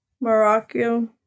Morocco